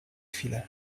chwilę